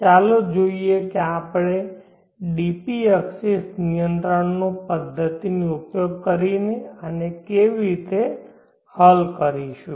ચાલો જોઈએ કે આપણે dq axes નિયંત્રણ પદ્ધતિનો ઉપયોગ કરીને આને કેવી રીતે હલ કરીશું